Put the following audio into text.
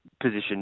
position